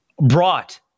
brought